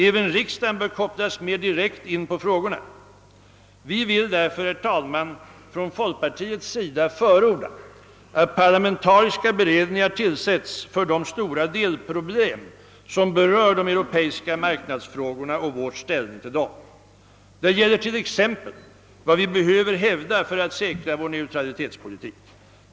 även riksdagen bör kopplas mer direkt in på frågorna. Vi vill därför, herr talman, från folkpartiets sida förorda att parlamentariska beredningar tillsätts för de stora delproblem som berör de europeiska marknadsfrågorna och vår ställning till dem. Det gäller t.ex. vad vi behöver hävda för att säkra vår neutralitetspolitik.